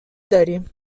داریم